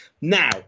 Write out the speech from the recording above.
now